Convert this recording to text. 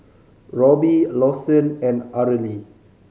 Robby Lawson and Arely